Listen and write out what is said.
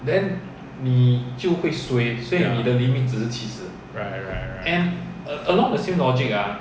ya right right right